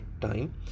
time